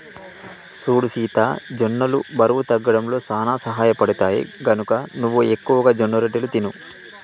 సూడు సీత జొన్నలు బరువు తగ్గడంలో సానా సహయపడుతాయి, గనక నువ్వు ఎక్కువగా జొన్నరొట్టెలు తిను